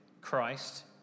Christ